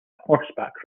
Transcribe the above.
horseback